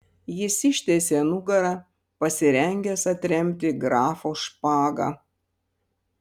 jis ištiesė nugarą pasirengęs atremti grafo špagą